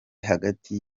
hagati